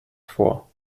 vor